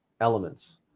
elements